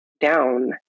down